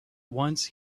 once